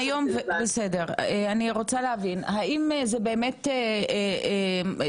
האם זה באמת משהו שאתן רוצות לאמץ אותו?